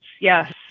yes